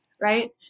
right